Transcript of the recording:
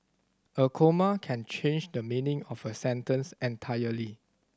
a comma can change the meaning of a sentence entirely